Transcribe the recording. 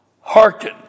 Hearken